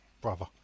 brother